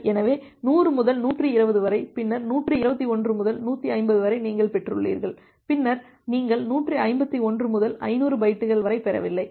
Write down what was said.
சரி எனவே 100 முதல் 120 வரை பின்னர் 121 முதல் 150 வரை நீங்கள் பெற்றுள்ளீர்கள் பின்னர் நீங்கள் 151 முதல் 500 பைட்டுகள் வரை பெறவில்லை